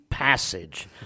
Passage